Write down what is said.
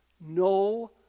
No